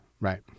Right